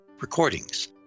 recordings